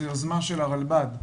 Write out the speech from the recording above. זו יוזמה של הרלב"ד,